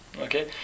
Okay